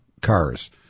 cars